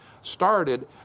started